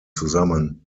zusammen